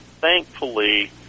Thankfully